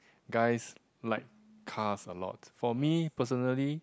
guys like cars a lot for me personally